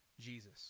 Jesus